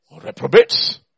Reprobates